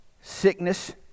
sickness